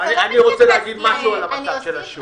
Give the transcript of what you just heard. לא מתייחס --- אני רוצה להגיד משהו על המצב של השוק.